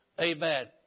Amen